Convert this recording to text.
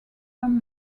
tom